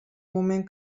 moment